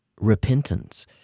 repentance